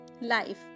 life